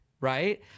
right